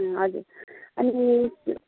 हजुर अनि